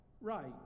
right